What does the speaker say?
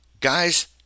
Guys